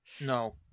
No